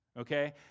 okay